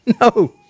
no